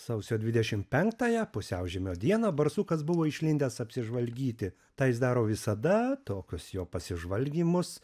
sausio dvidešim penktąją pusiaužiemio dieną barsukas buvo išlindęs apsižvalgyti tą jis daro visada tokius jo pasižvalgymus